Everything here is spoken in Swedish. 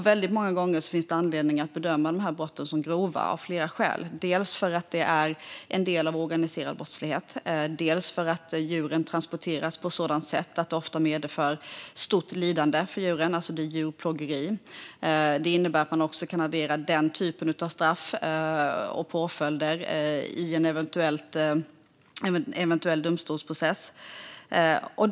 Väldigt många gånger finns det anledning att bedöma de här brotten som grova av flera skäl - dels för att de är en del av organiserad brottslighet, dels för att djuren transporteras på ett sådant sätt att det medför stort lidande för dem och det alltså är djurplågeri. Det innebär att man också kan addera den typen av straff och påföljder i en eventuell domstolsprocess.